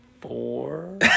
Four